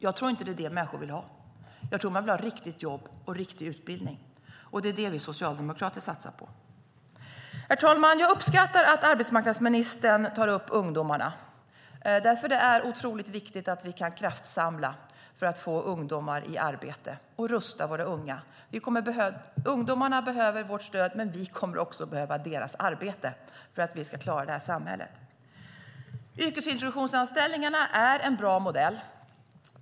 Jag tror inte att det är det människor vill ha. Jag tror att de vill ha riktiga jobb och riktig utbildning, och det är det vi socialdemokrater satsar på. Herr talman! Jag uppskattar att arbetsmarknadsministern tar upp ungdomarna, för det är otroligt viktigt att vi kan kraftsamla för att få ungdomar i arbete och för att rusta våra unga. Ungdomarna behöver vårt stöd, men vi kommer också att behöva deras arbete för att klara samhället. Yrkesintroduktionsanställningarna är en bra modell.